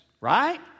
Right